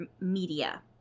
media